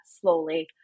slowly